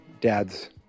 dad's